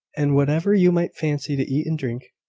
and whatever you might fancy to eat and drink.